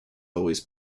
always